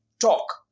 talk